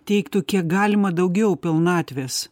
teiktų kiek galima daugiau pilnatvės